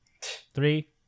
Three